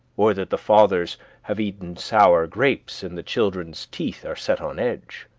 or that the fathers have eaten sour grapes, and the children's teeth are set on edge?